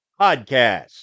Podcast